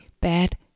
bad